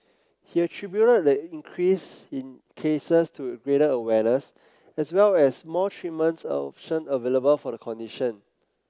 he attributed the increase in cases to greater awareness as well as more treatment option available for the condition